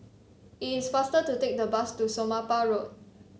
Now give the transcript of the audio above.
it is faster to take the bus to Somapah Road